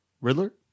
Riddler